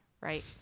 right